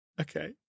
okay